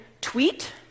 Tweet